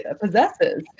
possesses